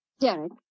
Derek